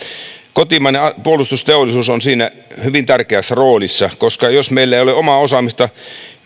kotimainen puolustusteollisuus on siinä hyvin tärkeässä roolissa koska jos meillä ei ole omaa osaamista